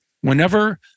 Whenever